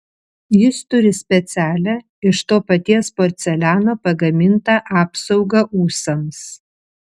jis turi specialią iš to paties porceliano pagamintą apsaugą ūsams